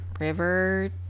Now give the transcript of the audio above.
River